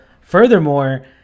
Furthermore